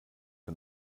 wir